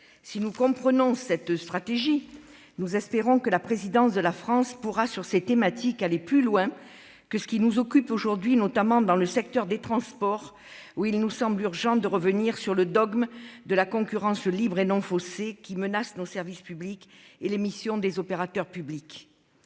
Si nous comprenons cette stratégie, nous espérons que la présidence de la France pourra, sur ces thématiques, aller plus loin que ce qui nous occupe aujourd'hui, notamment dans le secteur des transports, pour lequel il nous semble urgent de revenir sur le dogme de la concurrence libre et non faussée, qui menace nos services publics et les missions des opérateurs publics.